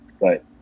right